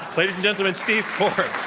ladies and gentlemen, steve forbes.